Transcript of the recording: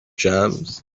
jams